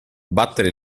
battere